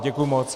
Děkuji moc.